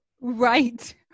Right